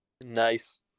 nice